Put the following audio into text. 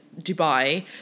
Dubai